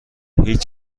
هیچ